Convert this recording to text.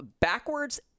backwards